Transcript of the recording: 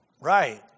right